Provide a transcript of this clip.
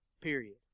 Period